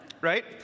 Right